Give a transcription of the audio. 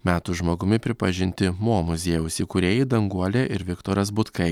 metų žmogumi pripažinti mo muziejaus įkūrėjai danguolė ir viktoras butkai